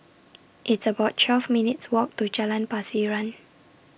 It's about twelve minutes' Walk to Jalan Pasiran